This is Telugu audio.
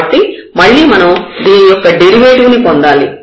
కాబట్టి మళ్ళీ మనం దీని యొక్క డెరివేటివ్ ని పొందాలి